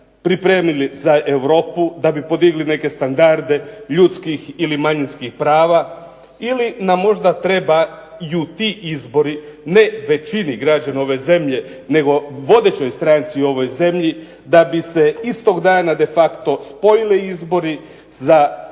pripremili za Europu, da bi podigli neke standarde ljudskih ili manjinskih prava? Ili nam možda trebaju ti izbori ne većini građana ove zemlje nego vodećoj stranci u ovoj zemlji da bi se istog dana de facto spojili izbori za Sabor